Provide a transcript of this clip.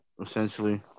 essentially